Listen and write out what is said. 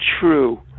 true